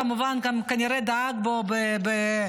כמובן גם כנראה דאג לו לתנאים,